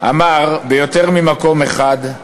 אמר ביותר ממקום אחד,